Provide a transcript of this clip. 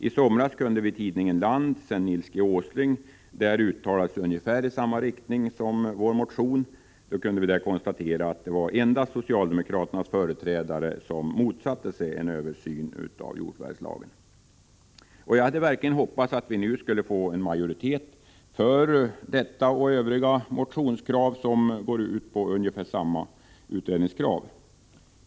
I somras kunde vi i tidningen Land, sedan Nils G. Åsling uttalat sig i ungefär samma riktning som vi i vår motion, konstatera att det var endast socialdemokraternas företrädare som motsatt sig en översyn av jordförvärvslagen. Jag hade verkligen hoppats att det nu skulle bli en majoritet för vårt yrkande om en utredning och andra ungefär likalydande motionskrav.